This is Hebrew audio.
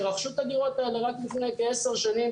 שרכשו את הדירות האלה רק לפני כ-10 שנים